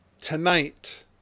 Tonight